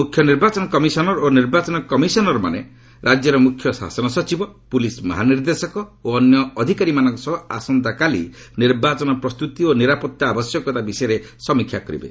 ମୁଖ୍ୟ ନିର୍ବାଚନ କମିଶନର ଓ ନିର୍ବାଚନ କମିଶନର ମାନେ ରାଜ୍ୟର ମୁଖ୍ୟ ଶାସନ ସଚିବ ପୁଲିସ୍ ମହାନିର୍ଦ୍ଦେଶକ ଓ ଅନ୍ୟ ଅଧିକାରୀମାନଙ୍କ ସହ ଆସନ୍ତାକାଲି ନିର୍ବାଚନ ପ୍ରସ୍ତୁତି ଓ ନିରାପତ୍ତା ଆବଶ୍ୟକତା ବିଷୟରେ ସମିକ୍ଷା କରିବେ